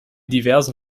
diversen